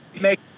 make